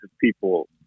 people